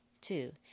Two